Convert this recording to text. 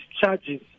charges